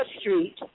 Street